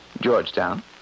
Georgetown